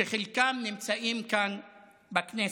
שחלקם נמצאים כאן בכנסת,